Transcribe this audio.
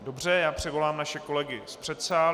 Dobře, já přivolám naše kolegy z předsálí.